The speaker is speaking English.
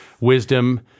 wisdom